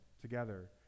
together